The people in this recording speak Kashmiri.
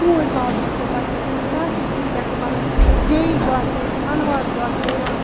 ژوٗںٛٹھۍ باغ ہیٚکو بَنٲوِتھ کانٛہہ تہِ چیٖز ہیٚکو بَنٲوِتھ جے وی گاسہٕ چھِ أسۍ مَنواس گاسہٕ چھِ یِوان